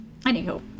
Anywho